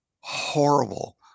Horrible